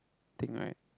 thing right